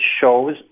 shows